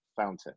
fountain